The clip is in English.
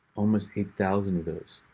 almost eight thousand of those.